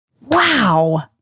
Wow